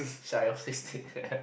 shy of sixty